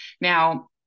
Now